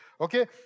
Okay